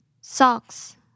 Socks